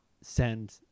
send